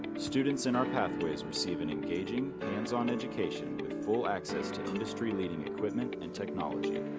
students in our pathways received an engaging, hands-on education with full access to industry leading equipment and technology.